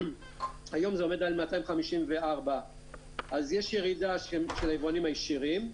היום זה עומד על 254. יש ירידה של היבואנים הישירים.